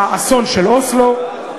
האסון של אוסלו.